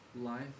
life